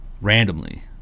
randomly